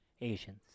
Asians